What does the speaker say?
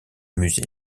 musée